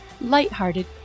lighthearted